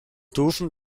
duschen